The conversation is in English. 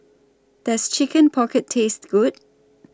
Does Chicken Pocket Taste Good